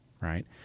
right